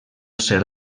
ser